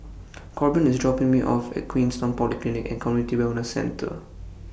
Korbin IS dropping Me off At Queenstown Polyclinic and Community Wellness Centre